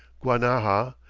guanaja,